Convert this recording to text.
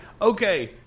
okay